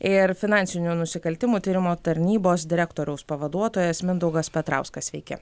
ir finansinių nusikaltimų tyrimo tarnybos direktoriaus pavaduotojas mindaugas petrauskas sveiki